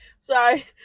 Sorry